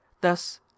Thus